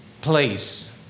place